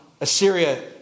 Assyria